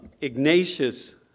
Ignatius